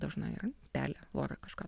dažna yra pelę vorą kažką